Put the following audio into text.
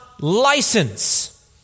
license